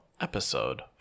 Episode